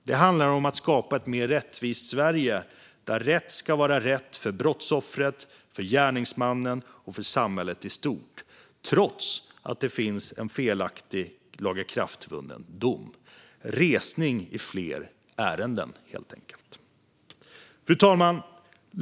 Det handlar om att skapa ett mer rättvist Sverige där rätt ska vara rätt för brottsoffret, för gärningsmannen och för samhället i stort, trots att det finns en felaktig lagakraftvunnen dom - resning i fler ärenden helt enkelt. Fru talman!